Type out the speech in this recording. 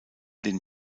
den